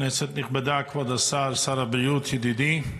כנסת נכבדה, כבוד השר, שר הבריאות, ידידי,